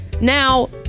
now